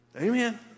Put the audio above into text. Amen